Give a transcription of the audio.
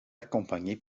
accompagné